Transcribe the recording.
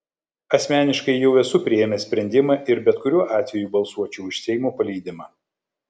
asmeniškai jau esu priėmęs sprendimą ir bet kuriuo atveju balsuočiau už seimo paleidimą